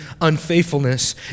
unfaithfulness